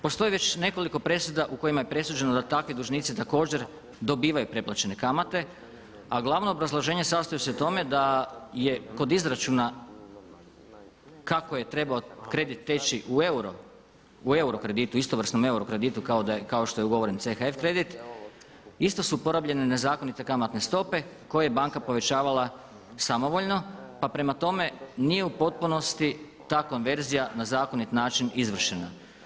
Postoji već nekoliko presuda u kojima je presuđeno da takvi dužnici također dobivaju preplaćene kamate, a glavno obrazloženje sastoji se u tome da je kod izračuna kako je trebao kredit teći u euro kreditu, istovrsnom euro kreditu kao što je ugovoren CHF kredit isto su uporabljene nezakonite kamatne stope koje je banka povećavala samovoljno, pa prema tome nije u potpunosti ta konverzija na zakonit način izvršena.